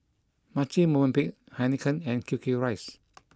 Marche Movenpick Heinekein and Q Q Rice